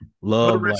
love